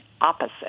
opposite